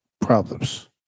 problems